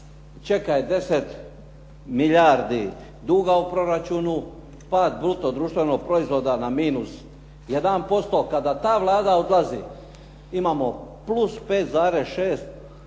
čeka je 10 milijardi duga u proračunu, pa bruto društvenog proizvoda na minus 1%. Kada ta Vlada odlazi, imamo plus 5,6% bruto